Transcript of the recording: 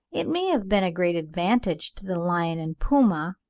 it may have been a great advantage to the lion and puma,